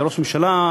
כראש ממשלה,